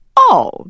Oh